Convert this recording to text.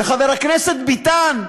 וחבר הכנסת ביטן,